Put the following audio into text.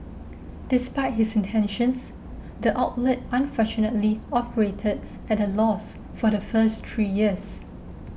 despite his intentions the outlet unfortunately operated at a loss for the first three years